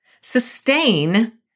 Sustain